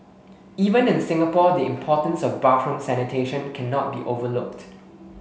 even in Singapore the importance of bathroom sanitation cannot be overlooked